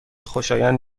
خوشایند